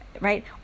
right